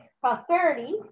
prosperity